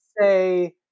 say